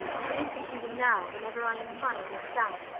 i listen to them now whenever i am tired or sad.